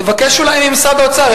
תבקש אולי ממשרד האוצר,